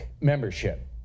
membership